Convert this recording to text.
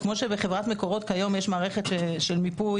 כמו שבחברת "מקורות" כיום יש מערכת של מיפוי